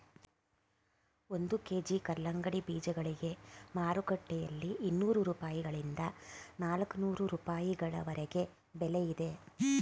ಒಂದು ಕೆ.ಜಿ ಕಲ್ಲಂಗಡಿ ಬೀಜಗಳಿಗೆ ಮಾರುಕಟ್ಟೆಯಲ್ಲಿ ಇನ್ನೂರು ರೂಪಾಯಿಗಳಿಂದ ನಾಲ್ಕನೂರು ರೂಪಾಯಿವರೆಗೆ ಬೆಲೆ ಇದೆ